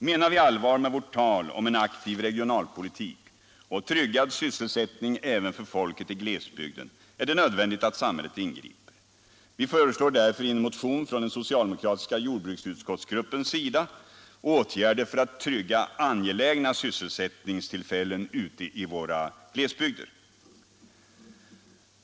Menar vi allvar med vårt tal om en aktiv regionalpolitik och tryggad sysselsättning även för folket i glesbygden, är det nödvändigt att samhället ingriper. Vi föreslår därför i en motion från den socialdemokratiska gruppen i jordbruksutskottet åtgärder för att trygga dessa angelägna sysselsättningstillfällen ute i våra glesbygder.